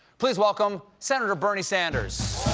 please welcome senator bernie sanders!